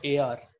AR